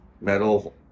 metal